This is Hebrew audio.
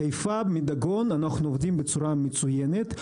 בחיפה מדגון אנחנו עובדים בצורה מצוינת.